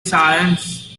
science